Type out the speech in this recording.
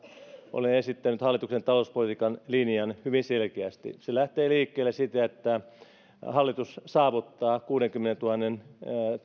olen esittänyt hallituksen talouspolitiikan linjan hyvin selkeästi se lähtee liikkeelle siitä että hallitus saavuttaa kuudenkymmenentuhannen